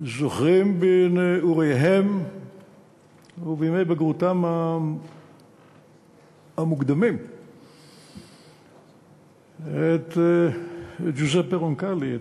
זוכרים מנעוריהם ומימי בגרותם המוקדמים את ג'וזפה רונקלי,